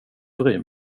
bryr